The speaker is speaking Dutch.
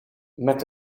met